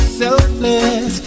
selfless